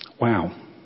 Wow